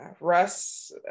Russ